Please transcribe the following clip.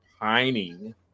pining